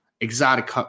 exotic